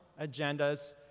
agendas